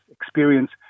experience